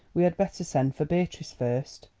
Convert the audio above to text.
we had better send for beatrice first.